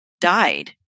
died